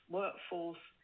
workforce